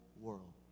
world